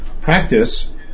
practice